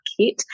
kit